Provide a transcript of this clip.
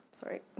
Sorry